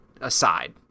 aside